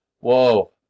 whoa